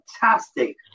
fantastic